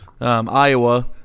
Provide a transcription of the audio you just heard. Iowa